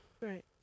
right